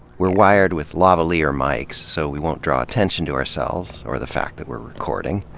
we're wired with lavalier mics so we won't draw attention to ourselves or the fact that we're recording.